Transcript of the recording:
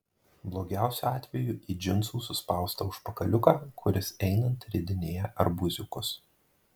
blogiausiu atveju į džinsų suspaustą užpakaliuką kuris einant ridinėja arbūziukus